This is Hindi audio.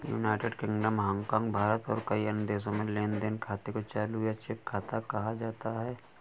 यूनाइटेड किंगडम, हांगकांग, भारत और कई अन्य देशों में लेन देन खाते को चालू या चेक खाता कहा जाता है